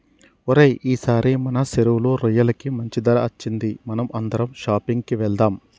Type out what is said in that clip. ఓరై ఈసారి మన సెరువులో రొయ్యలకి మంచి ధర అచ్చింది మనం అందరం షాపింగ్ కి వెళ్దాం